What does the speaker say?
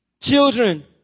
Children